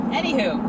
anywho